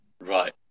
Right